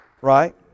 Right